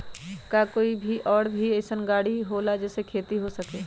का कोई और भी अइसन और गाड़ी होला जे से खेती हो सके?